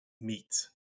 meat